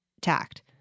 tact